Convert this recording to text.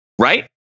right